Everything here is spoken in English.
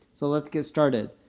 so let's get started.